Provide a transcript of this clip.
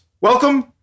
Welcome